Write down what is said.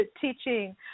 teaching